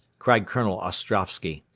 cried colonel ostrovsky.